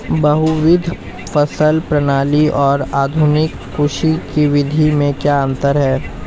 बहुविध फसल प्रणाली और आधुनिक कृषि की विधि में क्या अंतर है?